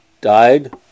died